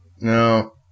No